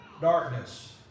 darkness